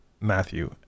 Matthew